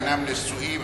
אינם נשואים,